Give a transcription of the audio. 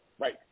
Right